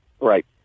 Right